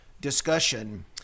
discussion